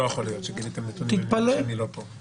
לא יכול להיות שגיליתם נתונים מעניינים כשאני לא הייתי פה.